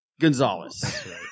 Gonzalez